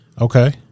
Okay